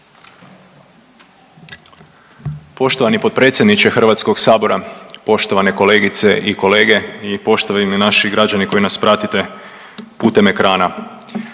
Poštovani potpredsjedniče HS, poštovane kolegice i kolege i poštovani naši građani koji nas pratite putem ekrana.